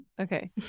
okay